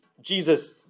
Jesus